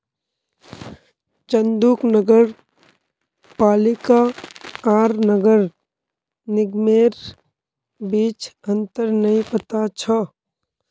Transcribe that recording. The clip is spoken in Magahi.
चंदूक नगर पालिका आर नगर निगमेर बीच अंतर नइ पता छ